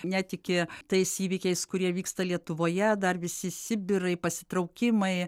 netiki tais įvykiais kurie vyksta lietuvoje dar visi sibirai pasitraukimai